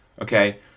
Okay